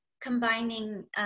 combining